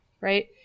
Right